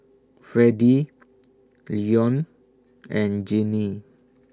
Freddy Leone and Jeannine